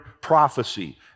prophecy